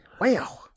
Wow